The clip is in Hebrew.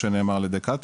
כמו שנאמר על ידי קטיה,